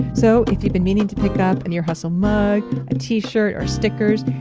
so, if you've been meaning to pick up an ear hustle mug, a tee-shirt or stickers,